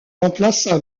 remplaça